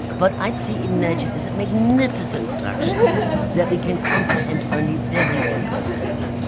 but i see in nature is a magnificent structure that we can comprehend only very imperfectly,